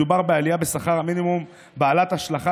מדובר בעלייה בשכר המינימום בעלת השלכה